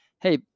Hey